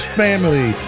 family